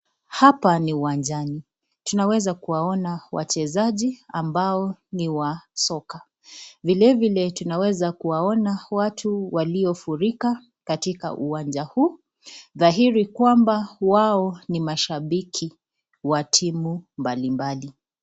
Hapa ni uwanjani. Tunaweza kuwaona wachezaji ambao ni wa soka. Vilevile tunaweza kuwaona watu waliofurika katika uwanja huu dhahiri kwamba wao ni mashabiki wa timu mbalimbali.